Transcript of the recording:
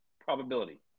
probability